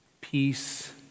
peace